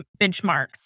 benchmarks